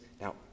Now